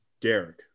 Derek